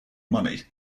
money